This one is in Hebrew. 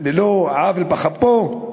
על לא עוול בכפו.